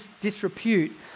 disrepute